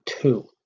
two